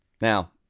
Now